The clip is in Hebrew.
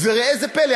וראה זה פלא,